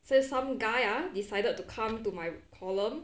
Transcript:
still some guy ah decided to come to my column